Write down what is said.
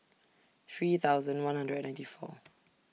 three thousand one hundred ninety four